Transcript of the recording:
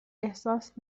احساس